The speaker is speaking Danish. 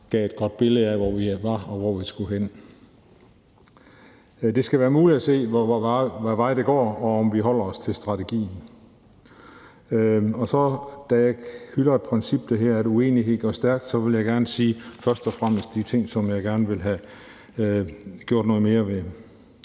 gav et godt billede af, hvor vi var, og hvor vi skulle hen. Det skal være muligt at se, hvad vej det går, og om vi holder os til strategien. Da jeg hylder et princip, der hedder, at uenighed gør stærk, vil jeg først og fremmest gerne sige de ting, som jeg gerne vil have gjort noget mere ved.